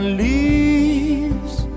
leaves